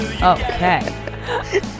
okay